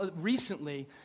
recently